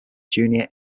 junior